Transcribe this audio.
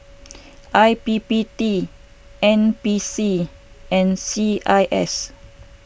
I P P T N P C and C I S